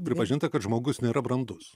pripažinta kad žmogus nėra brandus